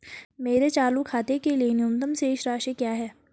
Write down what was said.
मेरे चालू खाते के लिए न्यूनतम शेष राशि क्या है?